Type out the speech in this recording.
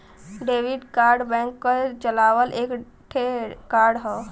debit card bank क चलावल एक ठे कार्ड हौ